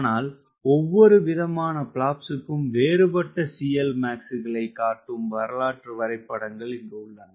ஆனால் ஒவ்வொரு விதமான பிளாப்ஸ்க்கும் வேறுபட்ட CLmax களைக் காட்டும் வரலாற்று வரைபடங்கள் உள்ளன